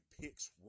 picks